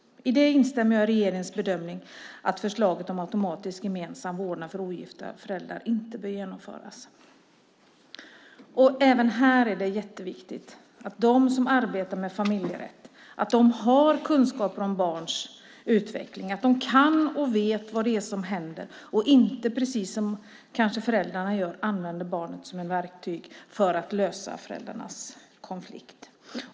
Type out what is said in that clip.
I det instämmer jag i regeringens bedömning att förslaget om automatisk gemensam vårdnad för ogifta föräldrar inte bör genomföras. Även här är det jätteviktigt att de som arbetar med familjerätt har kunskaper om barns utveckling och att de kan och vet vad det är som händer. De ska inte, som kanske föräldrarna gör, använda barnet som ett verktyg för att lösa föräldrarnas konflikt.